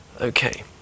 Okay